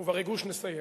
ובריגוש נסיים.